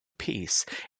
piece